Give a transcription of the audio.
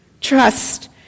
Trust